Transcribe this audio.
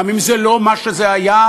גם אם זה לא מה שזה היה,